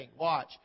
Watch